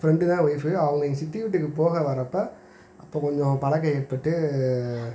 friend தான் wife அவங்க எங்கள் சித்தி வீட்டுக்கு போக வரப்போ அப்போ கொஞ்சம் பழக்கம் ஏற்பட்டு